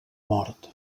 mort